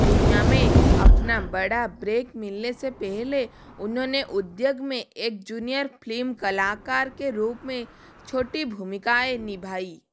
दुनिया में अपना बड़ा ब्रेक मिलने से पहले उन्होंने उद्योग में एक जूनियर फ्लीम कलाकार के रूप में छोटी भूमिकाएँ निभाई